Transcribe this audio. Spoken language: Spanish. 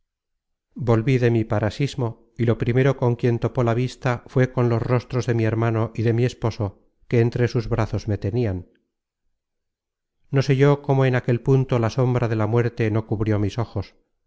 volví de mi parasismo y lo primero con quien topó la vista fué con los rostros de mi hermano y de mi esposo que entre sus brazos me tenian no sé yo cómo en aquel punto la sombra de la muerte no cubrió mis ojos